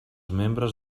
membres